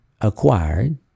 acquired